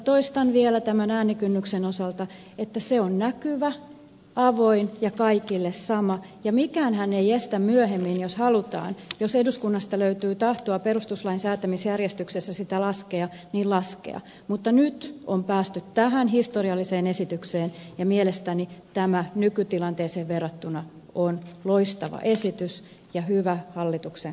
toistan vielä tämän äänikynnyksen osalta että se on näkyvä avoin ja kaikille sama ja mikäänhän ei estä myöhemmin jos halutaan jos eduskunnasta löytyy tahtoa perustuslain säätämisjärjestyksessä sitä laskea laskemasta sitä mutta nyt on päästy tähän historialliseen esitykseen ja mielestäni tämä nykytilanteeseen verrattuna on loistava esitys ja hyvä hallituksen kompromissi